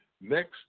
Next